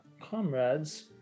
comrades